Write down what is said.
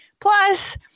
Plus